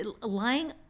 lying